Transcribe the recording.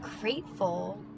grateful